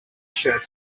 shirt